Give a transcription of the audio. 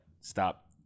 Stop